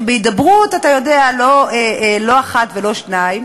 שבהידברות, אתה יודע, לא אחת ולא שתיים